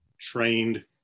trained